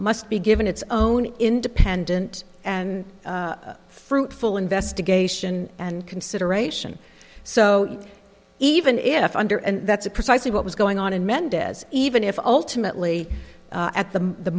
must be given its own independent and fruitful investigation and consideration so even if under and that's a precisely what was going on in mendez even if ultimately at the the